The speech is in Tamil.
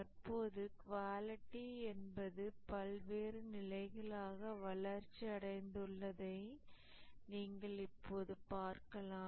தற்போது குவாலிட்டி என்பது பல்வேறு நிலைகளாக வளர்ச்சி அடைந்துள்ளதை நீங்கள் இப்போது பார்க்கலாம்